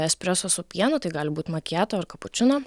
espreso su pienu tai gali būt makiato ar kapučino